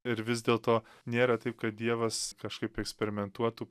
ir vis dėlto nėra taip kad dievas kažkaip eksperimentuotų